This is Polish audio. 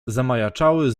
zamajaczyły